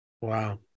Wow